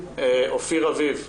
אופיר אביב.